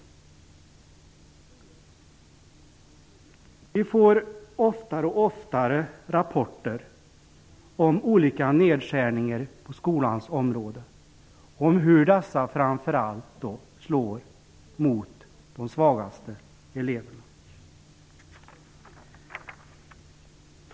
Allt oftare får vi rapporter om olika nedskärningar på skolans område och om hur dessa slår framför allt mot de svagaste eleverna.